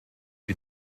die